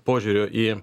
požiūrio į